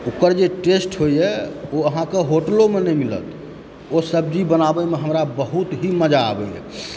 ओकर जे टेस्ट होइए ओ अहाँकऽ होटलोमे नहि मिलत ओ सब्जी बनाबयमे हमरा बहुत ही मजा आबैए